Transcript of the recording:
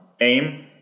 aim